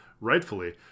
rightfully